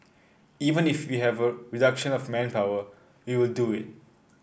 even if we have a reduction of manpower we will do it